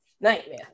nightmare